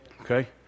Okay